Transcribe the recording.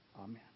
Amen